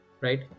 right